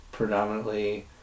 predominantly